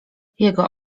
jego